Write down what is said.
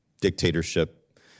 dictatorship